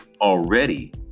already